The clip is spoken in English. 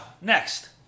next